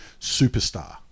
superstar